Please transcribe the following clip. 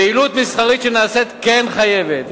פעילות מסחרית שנעשית כן חייבת.